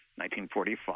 1945